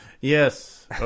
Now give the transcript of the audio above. Yes